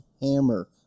hammer